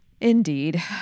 Indeed